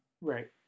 Right